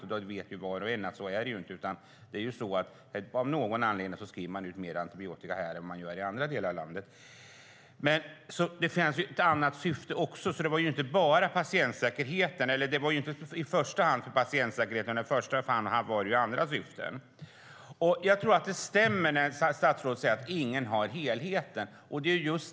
Vi vet dock alla att det inte är så, men av någon anledning skrivs det ut mer antibiotika här än i andra delar av landet. Det fanns alltså andra syften. Det handlade inte i första hand om patientsäkerheten. Det stämmer när statsrådet säger att ingen ser helheten.